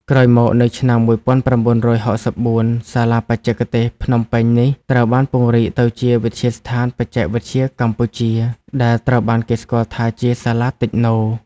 ក្រោយមក នៅឆ្នាំ ១៩៦៤ សាលាបច្ចេកទេសភ្នំពេញនេះត្រូវបានពង្រីកទៅជា វិទ្យាស្ថានបច្ចេកវិទ្យាកម្ពុជា ដែលត្រូវបានគេស្គាល់ថាជា សាលាតិចណូ។